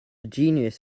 genius